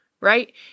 right